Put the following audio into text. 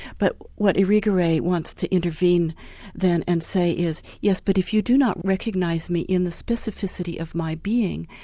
but what irigaray wants to intervene then and say is, yes, but if you do not recognise me in the specificity of my being,